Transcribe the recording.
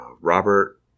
Robert